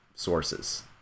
sources